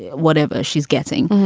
whatever she's getting.